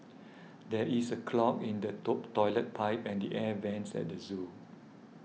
there is a clog in the Toilet Pipe and the Air Vents at the zoo